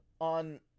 on